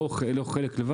לא בצורה חלקית.